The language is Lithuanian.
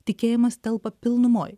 tikėjimas telpa pilnumoj